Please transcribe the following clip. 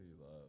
love